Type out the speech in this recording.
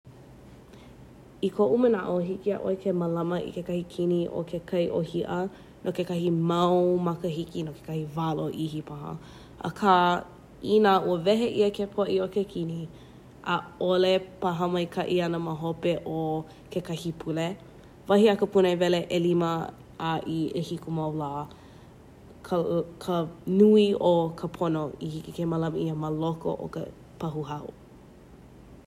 I koʻu manaʻo hiki iaʻoe ke mālama i kekahi kini o ke kai ʻohiʻa o kekahi mau makahiki no kekahi walo ihi paha akā inā ua wehe ia ke poʻe o ke kini ʻaʻole paha maikaʻi ana ma hope o kekahi pule. Wahi a ka pule ewele ʻelima a i ʻehiku mau lā. Ka...Ka Nui o ka pono i hiki ke mālama ia ma loko o ka pahuhao.